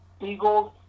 Eagles